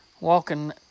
walking